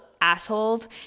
assholes